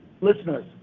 listeners